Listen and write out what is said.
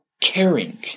caring